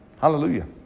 Hallelujah